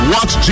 Watch